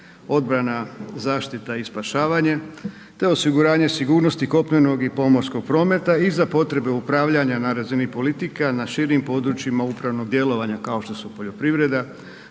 obrana, zaštita i spašavanje, te osiguranje sigurnosti kopnenog i pomorskog prometa i za potrebe upravljanja na razini politika, na širim područjima upravnog djelovanja kao što su poljoprivreda,